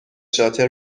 شاطر